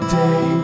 day